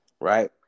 Right